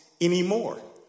anymore